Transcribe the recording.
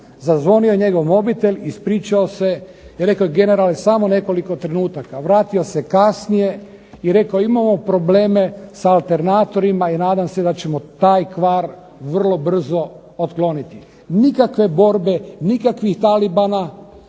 Zazvonio je njegov mobitel, ispričao se i rekao je generale samo nekoliko trenutaka. Vratio se kasnije i rekao imamo probleme sa alternatorima i nadam se da ćemo taj kvar vrlo brzo otkloniti. Nikakve borbe, nikakvih Talibana.